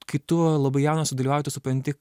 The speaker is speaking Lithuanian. kai tu labai jaunas sudalyvauji tu supranti